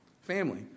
family